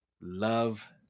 love